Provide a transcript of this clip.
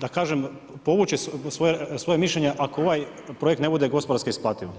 da kažem, povući svoje mišljenje, ako ovaj projekt ne bude gospodarski isparljivo.